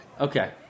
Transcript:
Okay